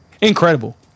incredible